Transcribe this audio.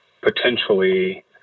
potentially